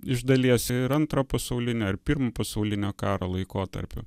iš dalies ir antro pasaulinio ir pirmo pasaulinio karo laikotarpiu